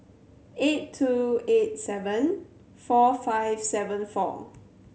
eight two eight seven four five seven four